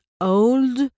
old